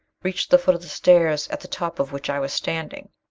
reached the foot of the stairs at the top of which i was standing.